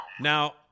Now